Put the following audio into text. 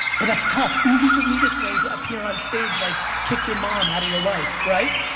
but that's tough. easy for me to say up here on stage like kick your mom outta your life, right?